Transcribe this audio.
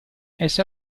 essa